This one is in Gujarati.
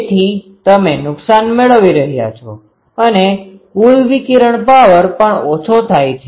તેથી તમે નુકસાન મેળવી રહ્યા છો અને કુલ વિકિરણ પાવર પણ ઓછો થાય છે